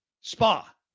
spa